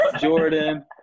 Jordan